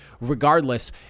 regardless